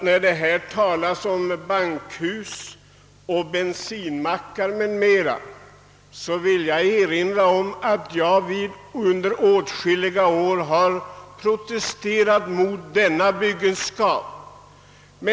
När det här talas om bankhus och bensinmackar m.m. vill jag erinra om att jag under åtskilliga år har protesterat mot denna byggenskap.